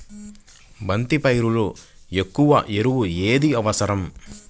బంతి పైరులో ఎక్కువ ఎరువు ఏది అవసరం?